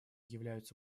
являются